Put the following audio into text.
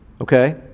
Okay